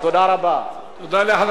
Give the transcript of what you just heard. תודה לחבר הכנסת שלמה מולה.